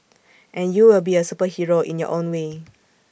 and you will be A superhero in your own way